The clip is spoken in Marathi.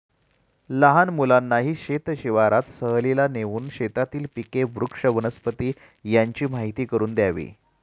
लहान मुलांनाही शेत शिवारात सहलीला नेऊन शेतातील पिके, वृक्ष, वनस्पती यांची माहीती करून द्यावी